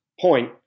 point